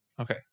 Okay